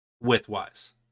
width-wise